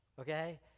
okay